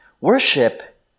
Worship